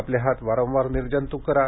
आपले हात वारंवार निर्जंतूक करा